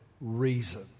reason